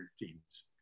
routines